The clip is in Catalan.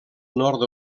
nord